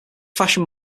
fashion